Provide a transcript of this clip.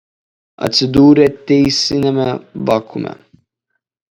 atsidūrė teisiniame vakuume